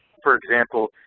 for example,